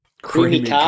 creamy